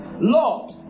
Lord